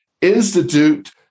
institute